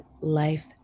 life